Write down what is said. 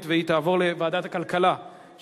התשע"ב 2011, לדיון מוקדם בוועדת הכלכלה נתקבלה.